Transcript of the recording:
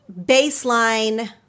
baseline